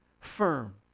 firm